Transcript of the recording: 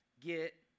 get